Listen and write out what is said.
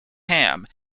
ham